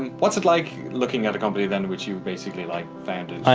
and what's it like looking at a company then, which you've basically like founded?